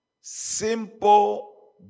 Simple